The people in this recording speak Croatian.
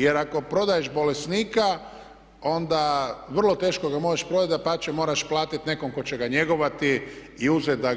Jer ako prodaješ bolesnika onda vrlo teško ga moraš prodati, dapače moraš platiti nekom tko će ga njegovati i uzeti da